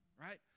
right